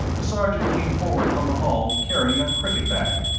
the sergeant came forward from the hall, carrying a cricket bag.